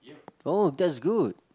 oh that's good